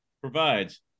provides